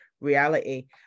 reality